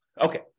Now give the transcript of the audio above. Okay